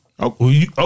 Okay